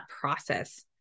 process